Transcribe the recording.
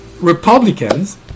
Republicans